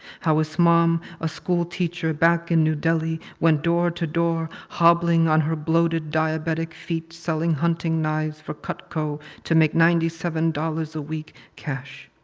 how his mom, a school teacher back in new delhi went door-to-door hobbling on her bloated diabetic feet selling hunting knives for cutco to make ninety seven dollars a week cash.